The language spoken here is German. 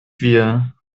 wir